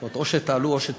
כלומר: או שתעלו או שתתרמו,